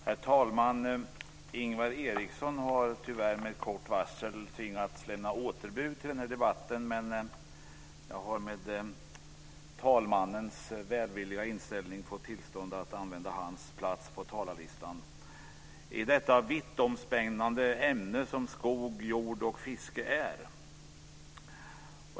Herr talman! Ingvar Eriksson har tyvärr med kort varsel tvingats lämna återbud till den här debatten, men jag har tack vare talmannens välvilliga inställning fått tillstånd att använda hans plats på talarlistan i det vittomspännande ämne som skog, jord och fiske är.